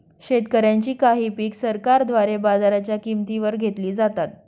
शेतकऱ्यांची काही पिक सरकारद्वारे बाजाराच्या किंमती वर घेतली जातात